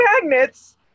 magnets